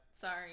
sorry